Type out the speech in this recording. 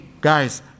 guys